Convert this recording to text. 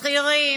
שכירים,